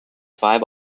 five